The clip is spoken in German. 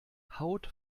haut